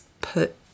put